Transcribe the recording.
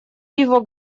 его